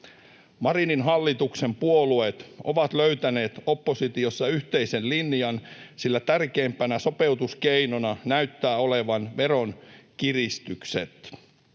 Marinin hallituksen puolueet ovat löytäneet oppositiossa yhteisen linjan, sillä tärkeimpänä sopeutuskeinona näyttää olevan veronkiristykset.